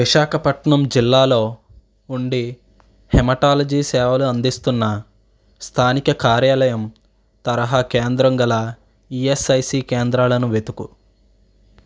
విశాఖపట్నం జిల్లాలో ఉండి హెమటాలజీ సేవలు అందిస్తున్న స్థానిక కార్యాలయం తరహా కేంద్రం గల ఈఎస్ఐసీ కేంద్రాలను వెతుకుము